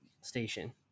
station